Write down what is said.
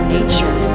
Nature